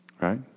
Right